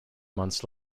months